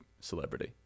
celebrity